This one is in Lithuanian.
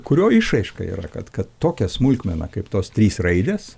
kurio išraiška yra kad kad tokią smulkmeną kaip tos trys raidės